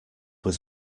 was